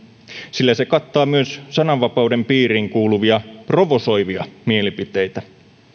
sillä se kattaa myös sananvapauden piiriin kuuluvia provosoivia mielipiteitä